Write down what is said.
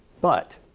but